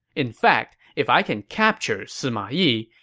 in fact, if i can capture sima yi,